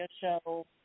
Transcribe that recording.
show